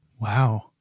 Wow